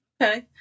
Okay